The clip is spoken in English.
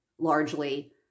Largely